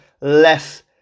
less